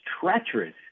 treacherous